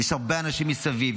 יש הרבה אנשים מסביב.